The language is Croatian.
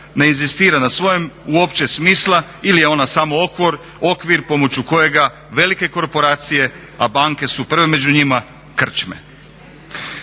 ne inzistira na svojem uopće smisla ili je ona samo okvir pomoću kojega velike korporacije, a banke su prve među njima krčme.